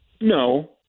no